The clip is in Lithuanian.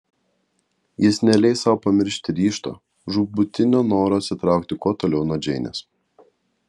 jis neleis sau pamiršti ryžto žūtbūtinio noro atsitraukti kuo toliau nuo džeinės